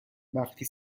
وقتی